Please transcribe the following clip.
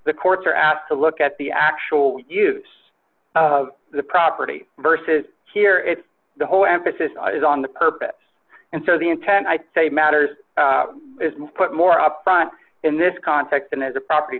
the courts are asked to look at the actual use of the property versus here it's the whole emphasis is on the purpose and so the intent i say matters is put more up front in this context and as a property